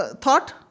thought